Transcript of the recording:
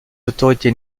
autorités